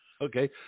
Okay